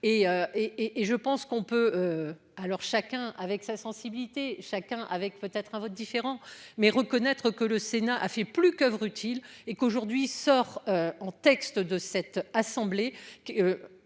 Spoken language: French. et je pense qu'on peut. Alors chacun avec sa sensibilité chacun avec peut-être un vote différent mais reconnaître que le Sénat a fait plus qu'oeuvre utile et qu'aujourd'hui sort en texte de cette assemblée